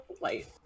Light